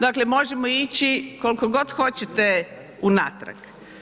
Dakle možemo ići koliko god hoćete unatrag.